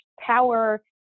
power